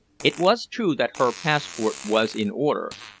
it was true that her passport was in order,